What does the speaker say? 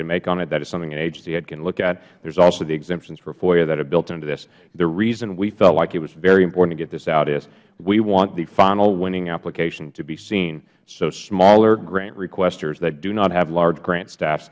can make on it that is something the agency head can look at there is also the exemptions for foia that are built into this the reason we felt like it was very important to get this out is we want the final winning application to be seen so smaller grant requestors that do not have large grant staff